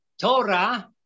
Torah